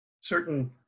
certain